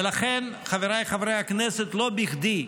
ולכן, חבריי חברי הכנסת, לא בכדי.